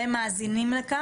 ומאזינים לנו.